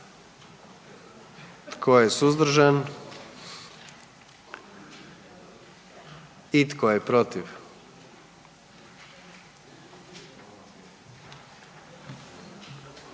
Tko je suzdržan? I tko je protiv?